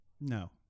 No